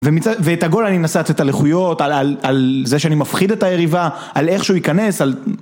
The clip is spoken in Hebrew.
ומצד.. ואת הגול אני מנסה לתת על איכויות, על על.. על זה שאני מפחיד את היריבה, על איך שהוא ייכנס, על...